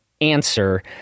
answer